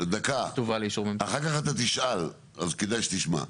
דקה אחר כך אתה תשאל אז כדאי שתשמע,